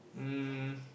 um